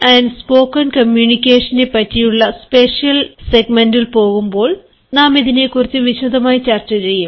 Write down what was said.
written and spoken കമ്മ്യൂണിക്കേഷനെ പറ്റിയുള്ള special സെഗ്മെന്റിൽ പോകുമ്പോൾ നാം ഇതിനെ കുറിച്ച് വിശദമായി ചർച്ച ചെയ്യും